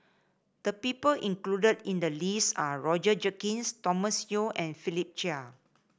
the people included in the list are Roger Jenkins Thomas Yeo and Philip Chia